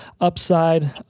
upside